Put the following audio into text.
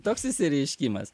toks išsireiškimas